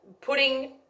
putting